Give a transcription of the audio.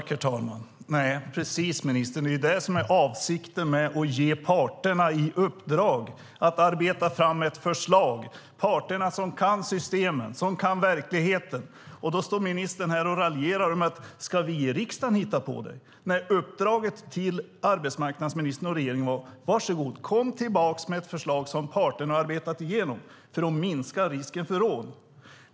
Herr talman! Precis, ministern, det är det som är avsikten med att ge parterna i uppdrag att arbeta fram ett förslag, parterna som kan systemet, som kan verkligheten. Då står ministern här och raljerar över om vi i riksdagen ska hitta på det. Uppdraget till arbetsmarknadsministern och regeringen var: Var så god, kom tillbaka med ett förslag som parterna har arbetat igenom för att minska risken för rån!